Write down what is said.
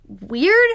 Weird